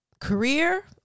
career